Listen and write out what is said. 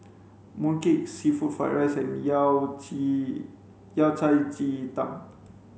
mooncake seafood fried rice and yao ji yao cai ji tang